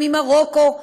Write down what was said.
וממרוקו,